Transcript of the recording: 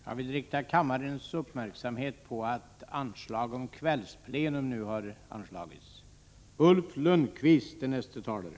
Jag vill göra talaren uppmärksam på att repliken gällde Ulf Lönnqvists anförande.